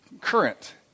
current